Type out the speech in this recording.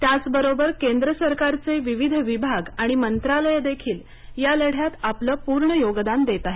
त्याचबरोबर केंद्र सरकारचे विविध विभाग आणि मंत्रालयं देखील या लढ्यात आपलं पूर्ण योगदान देत आहेत